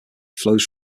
flows